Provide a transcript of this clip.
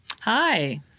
Hi